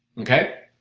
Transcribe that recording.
okay?